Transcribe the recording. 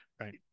right